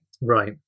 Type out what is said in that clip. Right